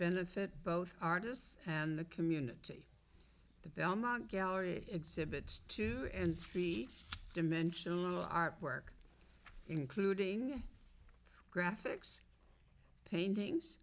benefit both artists and the community the belmont gallery exhibits two and three dimensional artwork including graphics paintings